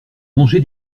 mangé